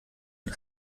mit